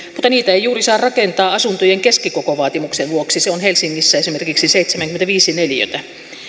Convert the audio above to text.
mutta niitä ei juuri saa rakentaa asuntojen keskikokovaatimuksen vuoksi se on esimerkiksi helsingissä seitsemänkymmentäviisi neliötä